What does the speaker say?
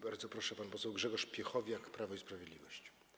Bardzo proszę, pan poseł Grzegorz Piechowiak, Prawo i Sprawiedliwość.